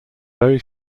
very